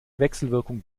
wechselwirkung